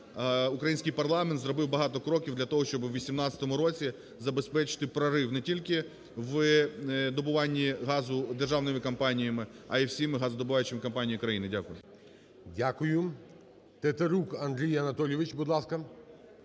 український парламент зробив багато кроків для того, щоб у 2018 році забезпечити прорив не тільки в добуванні газу державними компаніями, а і всіма газодобувними компаніями країни. Дякую. ГОЛОВУЮЧИЙ. Дякую. Тетерук Андрій Анатолійович, будь ласка.